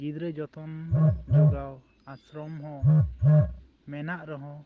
ᱜᱤᱫᱽᱨᱟᱹ ᱡᱚᱛᱚᱱ ᱡᱚᱜᱟᱣ ᱟᱥᱨᱚᱢ ᱦᱚᱸ ᱢᱮᱱᱟᱜ ᱨᱮᱦᱚᱸ